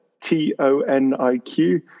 T-O-N-I-Q